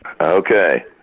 Okay